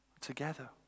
together